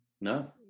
No